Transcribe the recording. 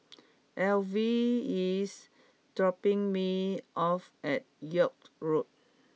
Alvy is dropping me off at York Road